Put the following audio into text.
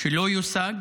שלא יושג,